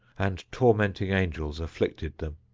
and tormenting angels afflicted them.